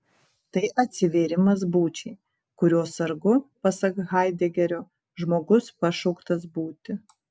tai atsivėrimas būčiai kurios sargu pasak haidegerio žmogus pašauktas būti